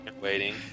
waiting